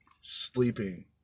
sleeping